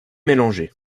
mélanger